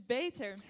beter